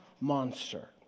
monster